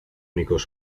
únicos